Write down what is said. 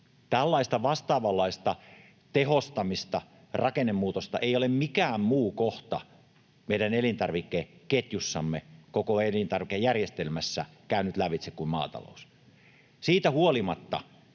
Tällaista vastaavanlaista tehostamista, rakennemuutosta, ei ole mikään muu kohta meidän elintarvikeketjussamme, koko elintarvikejärjestelmässä, käynyt lävitse kuin maatalous. Siitä huolimatta